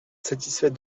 satisfait